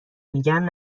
میگن